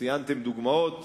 ציינתם דוגמאות.